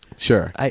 Sure